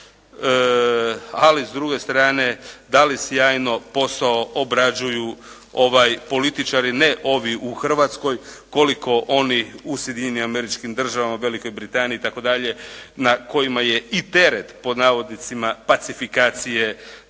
ali s druge strane, da li sjajno posao obrađuju političari, ne ovi u Hrvatskoj koliko oni u Sjedinjenim Američkim Državama, Velikoj Britaniji itd. na kojima je i teret, pod navodnicima "pacifikacije"